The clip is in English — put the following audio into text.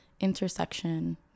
intersection